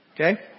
Okay